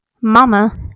Mama